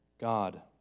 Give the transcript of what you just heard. God